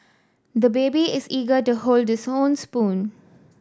the baby is eager to hold this own spoon